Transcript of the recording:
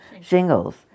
Shingles